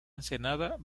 ensenada